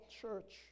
church